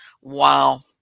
wow